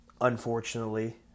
unfortunately